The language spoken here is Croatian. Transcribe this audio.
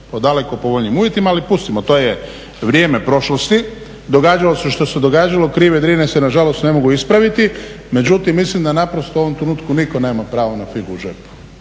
po daleko povoljnijim uvjetima. Ali pustimo to je vrijeme prošlosti, događalo se što se događalo, krive Drine se nažalost ne mogu ispraviti. Međutim, mislim da naprosto u ovom trenutku nitko nema pravo na figu u džepu.